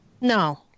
No